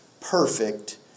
perfect